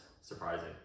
surprising